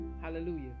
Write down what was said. Hallelujah